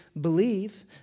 believe